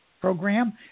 program